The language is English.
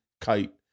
kite